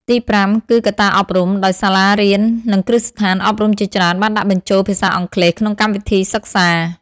ទីប្រាំគឺកត្តាអប់រំ ដោយសាលារៀននិងគ្រឹះស្ថានអប់រំជាច្រើនបានដាក់បញ្ចូលភាសាអង់គ្លេសក្នុងកម្មវិធីសិក្សា។